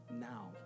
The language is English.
now